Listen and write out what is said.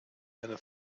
eine